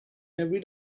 every